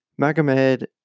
Magomed